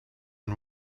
and